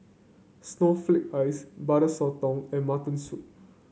Snowflake Ice Butter Sotong and Mutton Soup